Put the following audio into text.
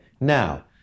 now